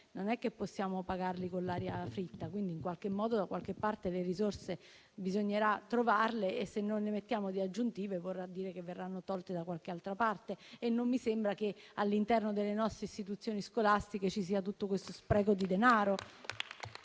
non è che possiamo pagarli con l'aria fritta. In qualche modo e da qualche parte le risorse bisognerà trovarle e, se non ne stanziamo di aggiuntive, vorrà dire che verranno tolte da qualche altra parte. E non mi sembra che, all'interno delle nostre istituzioni scolastiche, ci sia tutto questo spreco di denaro.